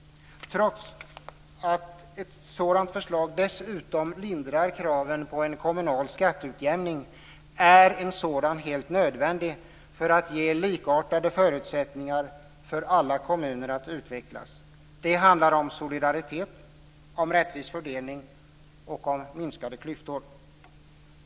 Trots att ett sådant förslag dessutom lindrar kraven på en kommunal skatteutjämning är en sådan helt nödvändig för att ge likartade förutsättningar för alla kommuner att utvecklas. Det handlar om solidaritet, om rättvis fördelning och om minskade klyftor.